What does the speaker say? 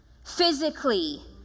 physically